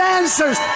answers